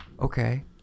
Okay